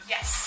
Yes